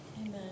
Amen